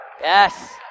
Yes